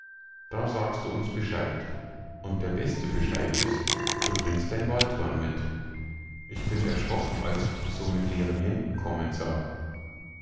da sagst du uns bescheid und der beste bescheid is du bringst dein waldhorn mit ich bin erschrocken als ich dich so mit leeren händen kommen sah